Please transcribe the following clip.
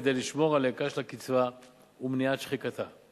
כדי לשמור על ערכה של הקצבה ומניעת שחיקתה.